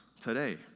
today